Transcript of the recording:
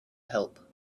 help